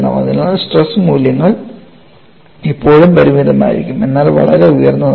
അതിനാൽ സ്ട്രെസ് മൂല്യങ്ങൾ ഇപ്പോഴും പരിമിതമായിരിക്കും എന്നാൽ വളരെ ഉയർന്നതാണ്